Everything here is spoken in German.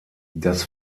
das